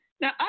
Now